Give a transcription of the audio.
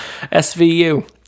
SVU